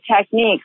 techniques